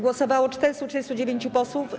Głosowało 439 posłów.